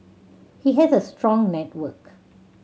he has a strong network